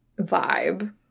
vibe